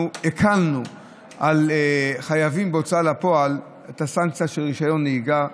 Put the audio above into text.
הקלנו על חייבים בהוצאה לפועל את הסנקציה של רישיון נהיגה,